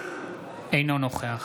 אינו נוכח